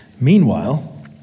meanwhile